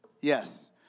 yes